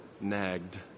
nagged